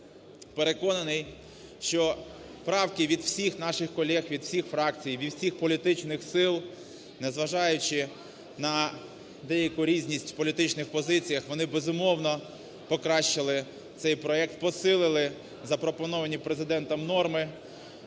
Переконаний, що правки від всіх наших колег, від всіх фракцій, від всіх політичних сил, незважаючи на деяку різність в політичних позиціях, вони, безумовно, покращили цей проект, посилили запропоновані Президентом норми,